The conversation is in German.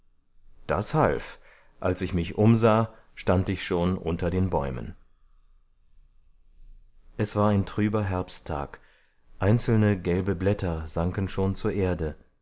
das half als ich mich umsah stand ich schon unter den bäumen es war ein trüber herbsttag einzelne gelbe blätter sanken schon zur erde